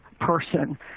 person